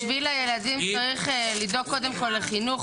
בשביל הילדים צריך לדאוג קודם כל לחינוך